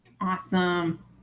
Awesome